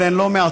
והן לא מעטות,